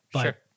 Sure